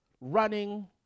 running